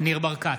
ניר ברקת,